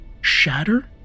shatter